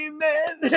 Amen